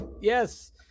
Yes